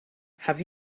have